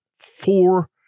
four